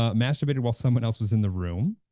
ah masturbated while someone else was in the room?